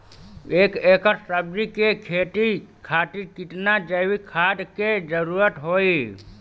एक एकड़ सब्जी के खेती खातिर कितना जैविक खाद के जरूरत होई?